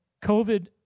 COVID